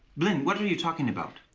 blynn, what are you talking about?